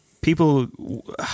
people